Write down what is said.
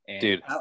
Dude